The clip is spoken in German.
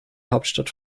hauptstadt